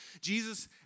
Jesus